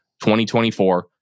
2024